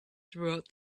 throughout